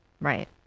Right